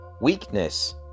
weakness